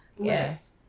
yes